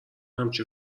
همچین